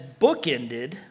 bookended